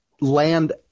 land